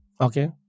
okay